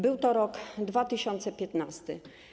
Był to rok 2015.